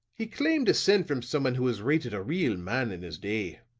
he claimed descent from someone who was rated a real man in his day,